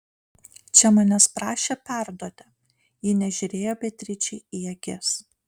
čia manęs prašė perduoti ji nežiūrėjo beatričei į akis